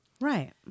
Right